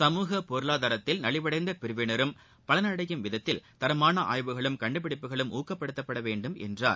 சமூக பொருளாதாரத்தில் நலிவடைந்த பிரிவினரும் பலனடையும் விதத்தில் தரமான ஆய்வுகளும் கண்டுபிடிப்புகளும் ஊக்கப்படுத்தப்பட வேண்டும் என்றார்